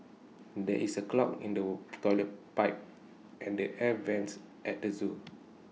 there is A clog in the Toilet Pipe and the air Vents at the Zoo